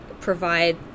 provide